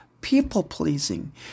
people-pleasing